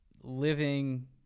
living